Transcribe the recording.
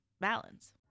balance